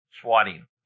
swatting